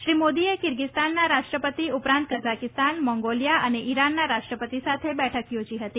શ્રી મોદીએ કીર્ગીસ્તાનના રાષ્ટ્રપતિ ઉપરાંત કઝાખસ્તાન મેંગોલિયા અને ઇરાનના રાષ્ટ્રપતિ સાથે બેઠક યોજી હતી